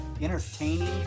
entertaining